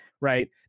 right